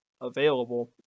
available